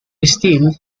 still